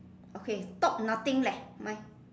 okay top nothing leh mine